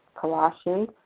Colossians